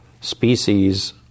species